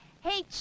Hey